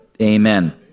Amen